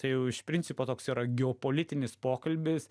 tai jau iš principo toks yra geopolitinis pokalbis